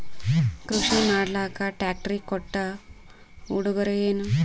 ಕೃಷಿ ಮಾಡಲಾಕ ಟ್ರಾಕ್ಟರಿ ಕೊಟ್ಟ ಉಡುಗೊರೆಯೇನ?